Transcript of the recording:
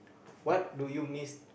what do you miss